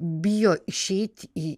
bijo išeit į